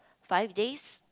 five days